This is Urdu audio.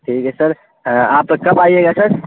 ٹھیک ہے سر آپ کب آئیے گا سر